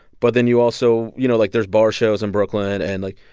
but then you also you know, like, there's bar shows in brooklyn. and like,